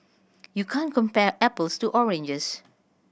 you can't compare apples to oranges